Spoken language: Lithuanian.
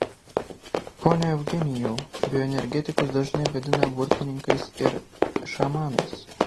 pone eugenijau bioenergetikus dažnai vadina burtininkais ir šamanais